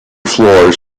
floors